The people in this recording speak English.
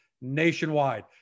nationwide